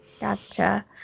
Gotcha